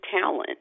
talent